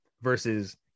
versus